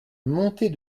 montée